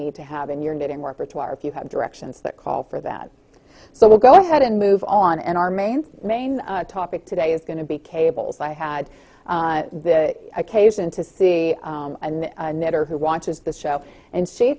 need to have in your knitting repertoire if you have directions that call for that so we'll go ahead and move on and our main main topic today is going to be cables i had the occasion to see and knitter who watches the show and she